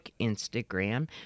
Instagram